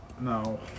No